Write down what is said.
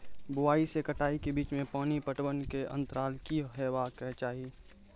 बुआई से कटाई के बीच मे पानि पटबनक अन्तराल की हेबाक चाही?